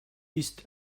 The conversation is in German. ist